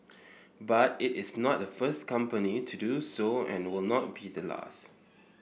but it is not the first company to do so and were not be the last